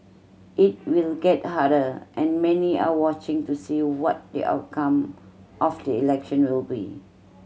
it will get harder and many are watching to see what the outcome of the election will be